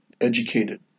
educated